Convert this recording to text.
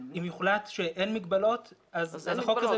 אם יוחלט שאין מגבלות -- אז החוק הזה מיותר.